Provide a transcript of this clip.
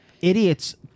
idiots